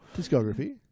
Discography